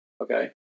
okay